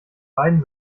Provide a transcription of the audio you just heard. beiden